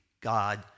God